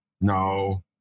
No